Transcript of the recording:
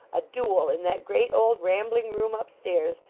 a duel in that great old rambling room upstairs,